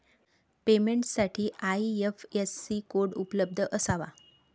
पेमेंटसाठी IFSC code उपलब्ध असावा